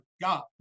God